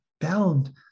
bound